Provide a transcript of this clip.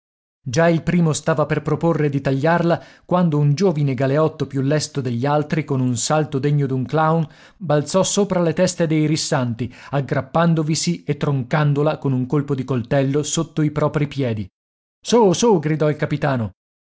già il primo stava per proporre di tagliarla quando un giovine galeotto più lesto degli altri con un salto degno d'un clown balzò sopra le teste dei rissanti aggrappandovisi e troncandola con un colpo di coltello sotto i propri piedi su su gridò il capitano